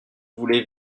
voulez